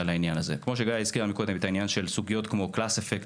כמו שגאיה הזכירה מקודם את סוגיית ה-class effect,